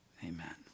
amen